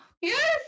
yes